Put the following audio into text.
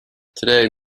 today